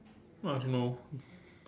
oh I don't know